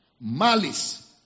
malice